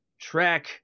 track